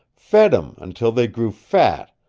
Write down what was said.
fed em until they grew fat,